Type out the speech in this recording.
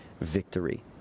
victory